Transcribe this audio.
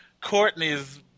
Courtney's